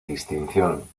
distinción